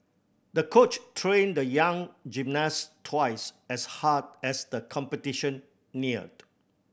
the coach trained the young gymnast twice as hard as the competition neared